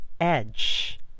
Edge